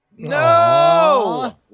No